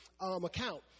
account